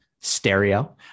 stereo